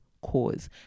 cause